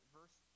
verse